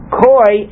koi